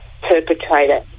perpetrator